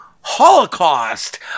holocaust